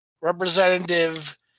Representative